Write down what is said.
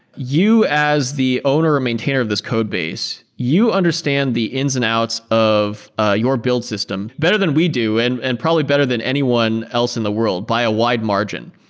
you as the owner or maintainer of this codebase, you understand the ins and outs of ah your build system better than we do and and probably better than anyone anyone else in the world by a wide margin.